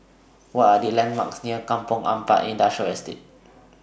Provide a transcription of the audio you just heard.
What Are The landmarks near Kampong Ampat Industrial Estate